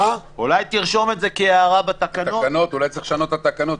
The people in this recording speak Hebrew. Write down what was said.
אולי צריך לשנות את התקנות.